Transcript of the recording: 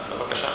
בבקשה.